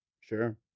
Sure